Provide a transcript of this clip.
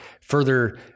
further